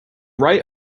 right